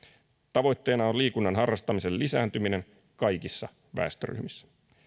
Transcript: tavoitteena on liikunnan harrastamisen lisääntyminen kaikissa väestöryhmissä